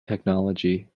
technology